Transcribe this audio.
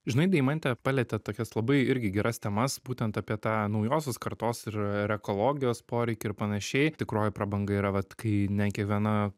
žinai deimantė palietė tokias labai irgi geras temas būtent apie tą naujosios kartos ir ekologijos poreikį ir panašiai tikroji prabanga yra vat kai ne ant kiekvieno